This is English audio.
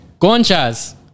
Conchas